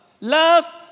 Love